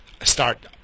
start